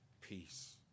peace